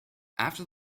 after